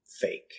fake